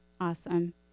Awesome